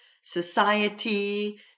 society